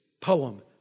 poem